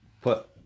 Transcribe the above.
put